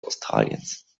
australiens